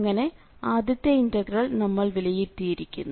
അങ്ങനെ ആദ്യത്തെ ഇന്റഗ്രൽ നമ്മൾ വിലയിരുത്തിയിരിക്കുന്നു